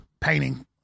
painting